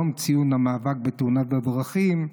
יום ציון המאבק בתאונות הדרכים,